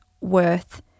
worth